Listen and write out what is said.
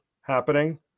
happening